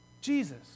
Jesus